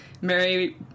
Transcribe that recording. Mary